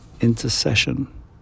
intercession